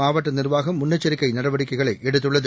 மாவட்டநிர்வாகம் முன்னெச்சரிக்கைநடவடிக்கைகளைஎடுத்துள்ளது